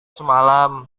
semalam